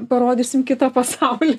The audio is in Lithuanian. parodysim kitą pasaulį